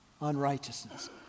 unrighteousness